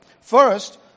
First